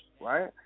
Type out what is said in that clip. right